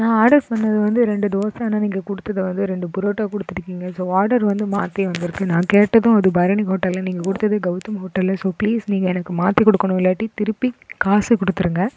நான் ஆர்டர் சொன்னது வந்து ரெண்டு தோசை ஆனால் நீங்கள் கொடுத்தது வந்து ரெண்டு புரோட்டா கொடுத்துருக்கீங்க ஸோ ஆர்டர் வந்து மாற்றி வந்திருக்கு நான் கேட்டதும் இது பரணி ஹோட்டல்ல நீங்கள் கொடுத்தது கெளதம் ஹோட்டல்ல ஸோ ப்ளீஸ் நீங்கள் எனக்கு மாற்றி கொடுக்கணும் இல்லாட்டி திருப்பி காசு கொடுத்துடுங்க